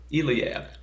Eliab